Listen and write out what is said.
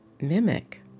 mimic